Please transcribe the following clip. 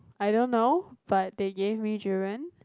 I don't know but they gave me Durian